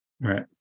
Right